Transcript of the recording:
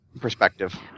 Perspective